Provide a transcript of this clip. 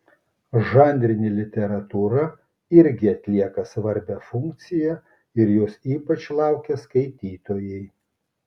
žanrinė literatūra irgi atlieka svarbią funkciją ir jos ypač laukia skaitytojai